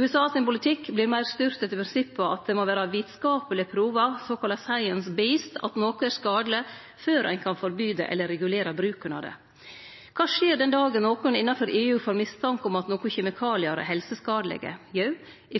USA sin politikk vert meir styrt etter prinsippet om at det må vere vitskapeleg prova, «science based», at noko er skadeleg før ein kan forby det eller regulere bruken av det. Kva skjer den dagen nokon innanfor EU får mistanke om at nokre kjemikaliar er helseskadelege? Jo,